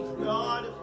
God